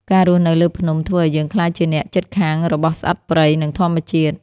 ការរស់នៅលើភ្នំធ្វើឱ្យយើងក្លាយជាអ្នកជិតខាងរបស់សត្វព្រៃ និងធម្មជាតិ។